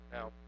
Now